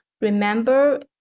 remember